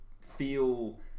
feel